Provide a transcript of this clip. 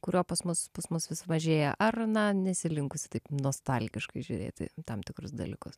kurio pas mus pas mus vis mažėja ar na nesi linkusi taip nostalgiškai žiūrėt į tam tikrus dalykus